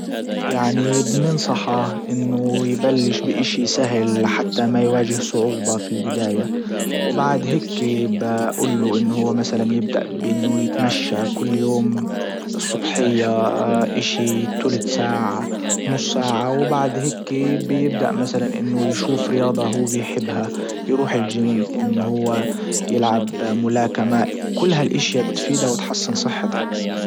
يعني بننصحه انه يبلش باشي سهل حتى ما يواجه صعوبة في البداية وبعد هيكي بجول له انه هو مثلا يبدأ بانه يتمشى كل يوم الصبحية اشي تلت ساعة نص ساعة. وبعد هيكي بيبدأ مثلا انه يشوف رياضة هو بيحبها يروح الجيم ان هو يلعب ملاكمة كل هالاشيا بتفيده وتحسن صحته